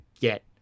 get